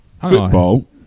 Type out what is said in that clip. football